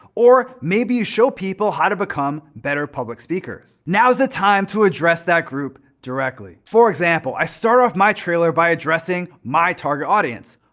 or maybe you show people how to become better public speakers. now's the time to address that group directly. for example i start off my trailer by addressing my target audience,